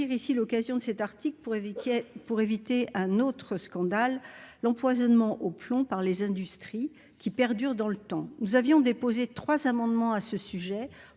ici l'occasion de cet article pourrait Vicky pour éviter un autre scandale l'empoisonnement au plomb par les industries qui perdure dans le temps, nous avions déposé 3 amendements à ce sujet